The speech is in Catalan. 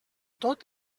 tot